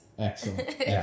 Excellent